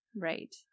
Right